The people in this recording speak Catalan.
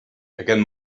aquest